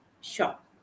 shop